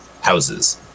houses